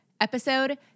episode